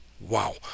wow